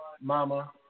Mama